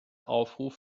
aufruf